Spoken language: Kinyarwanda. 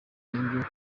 niryo